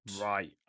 Right